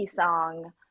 song